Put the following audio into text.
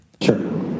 Sure